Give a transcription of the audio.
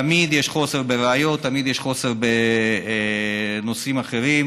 תמיד יש חוסר בראיות, תמיד יש חוסר בנושאים אחרים,